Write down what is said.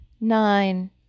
nine